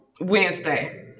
Wednesday